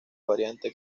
variante